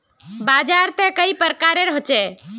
बाजार त कई प्रकार होचे?